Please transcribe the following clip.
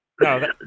No